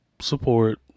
support